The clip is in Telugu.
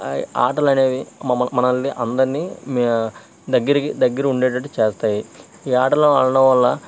ఆ ఆటలు అనేవి మమ్మల్ని మనల్ని అందరినీ దగ్గరికి దగ్గర ఉండేటట్టు చేస్తాయి ఈ ఆటలు ఆడడం వల్ల